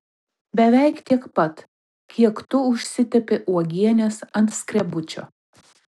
beveik tiek pat kiek tu užsitepi uogienės ant skrebučio